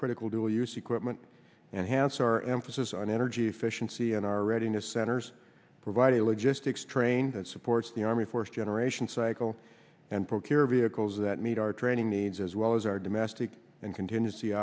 critical dual use equipment and hance our emphasis on energy efficiency and our readiness centers provide the logistics train that supports the army force generation cycle and procure vehicles that meet our training needs as well as our domestic and contingency